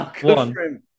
One